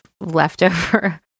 leftover